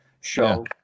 show